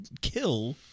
kill